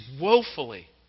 woefully